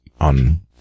on